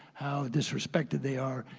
how disrespected they are,